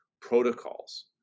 protocols